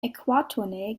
äquatornähe